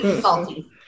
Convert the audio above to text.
salty